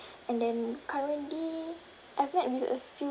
and then currently I've met with a few